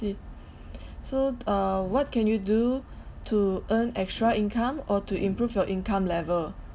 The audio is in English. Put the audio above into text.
mm I see so uh what can you do to earn extra income or to improve your income level